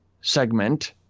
segment